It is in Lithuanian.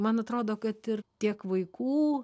man atrodo kad ir tiek vaikų